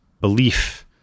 belief